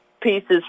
pieces